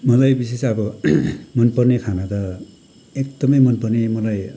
मलाई विशेष अब मन पर्ने खाना त एकदमै मन पर्ने मलाई